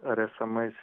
ar esamais